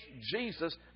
Jesus